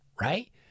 right